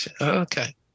Okay